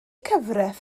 cyfraith